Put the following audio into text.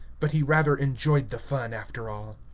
but he rather enjoyed the fun, after all.